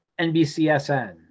NBCSN